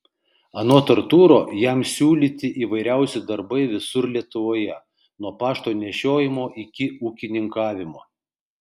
anot artūro jam siūlyti įvairiausi darbai visur lietuvoje nuo pašto nešiojimo iki ūkininkavimo